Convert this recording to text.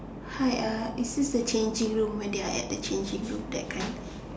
hi is this the changing room when they're at the changing room something like that